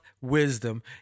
wisdom